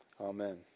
amen